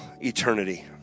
eternity